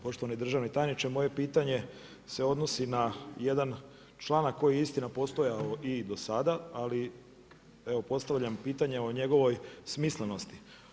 Poštovani državne tajniče, moje pitanje se odnosi na jedan članak koji je istina postojao i do sada, ali evo postavljam pitanje o njegovoj smislenosti.